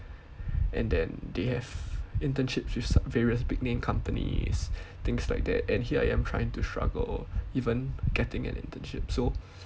and then they have internships with various big name companies things like that and here I am trying to struggle even getting an internship so